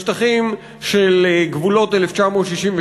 בשטחים של גבולות 1967,